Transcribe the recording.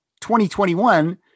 2021